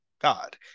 God